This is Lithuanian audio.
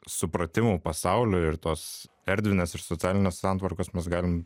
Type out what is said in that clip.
supratimų pasaulių ir tos erdvinės ir socialinės santvarkos mes galim